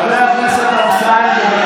חבר הכנסת אמסלם, קריאה